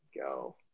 go